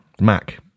Mac